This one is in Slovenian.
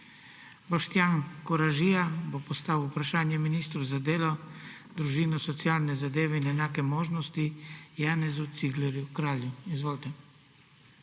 Boštjan Koražija bo postavil vprašanje ministru za delo, družino, socialne zadeve in enake možnosti Janezu Ciglerju Kralju. Izvolite.